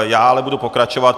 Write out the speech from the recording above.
Já ale budu pokračovat.